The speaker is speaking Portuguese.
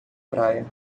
praia